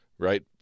Right